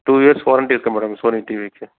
two years warranty இருக்குது madam Sony டிவிக்கு